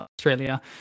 australia